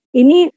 ini